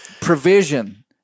provision